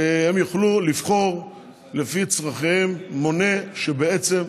והם יוכלו לבחור לפי צורכיהם מונה שבעצם,